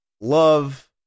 love